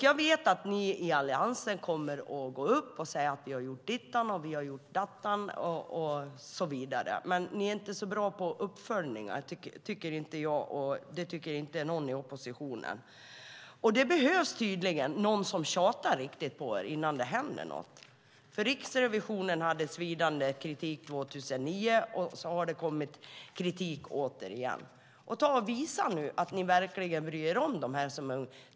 Jag vet att ni i Alliansen kommer att gå upp i talarstolen och säga att ni har gjort dittan och ni har gjort dattan, men vi i oppositionen tycker inte att ni är särskilt bra på uppföljningar. Det behövs tydligen någon som tjatar ordentligt på er för att det ska hända någonting. Riksrevisionen kom 2009 med svidande kritik, och sedan har det kommit ytterligare kritik. Visa nu att ni verkligen bryr er om dem som är unga.